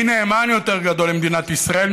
מי נאמן יותר גדול למדינת ישראל,